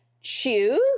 choose